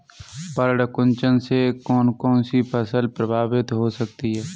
पर्ण कुंचन से कौन कौन सी फसल प्रभावित हो सकती है?